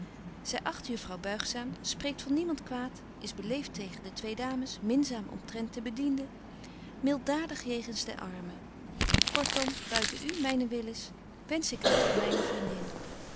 juffrouw buigzaam spreekt van niemand kwaad is beleeft tegen de twee dames minzaam omtrent de bedienden miltdadig jegens den armen kortom buiten u myne willis wensch ik haar tot myne vriendin